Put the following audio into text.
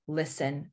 listen